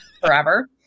forever